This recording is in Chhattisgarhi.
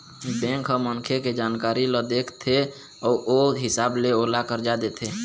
बेंक ह मनखे के जानकारी ल देखथे अउ ओ हिसाब ले ओला करजा देथे